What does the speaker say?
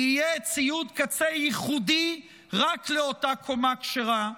יהיה ציוד קצה ייחודי רק לאותה קומה כשרה,